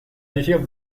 decisió